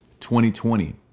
2020